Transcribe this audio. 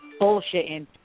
bullshitting